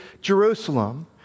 Jerusalem